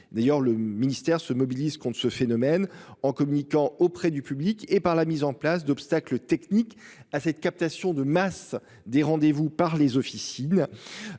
d'ailleurs, le ministère se mobilisent, qu'on ne ce phénomène en communiquant auprès du public et par la mise en place d'obstacles techniques à cette captation de masse des rendez-vous par les officines.